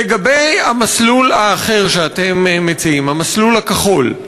לגבי המסלול האחר שאתם מציעים, המסלול הכחול,